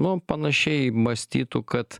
nu panašiai mąstytų kad